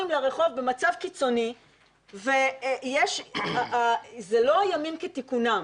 לרחוב במצב קיצוני וזה לא ימים כתיקונם,